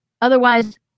otherwise